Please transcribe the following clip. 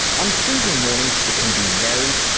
on freezing mornings, it can be very,